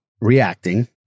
reacting